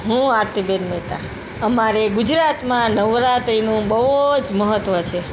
હું આરતીબેન મહેતા અમારે ગુજરાતમાં નવરાત્રિનું બહુ જ મહત્ત્વ છે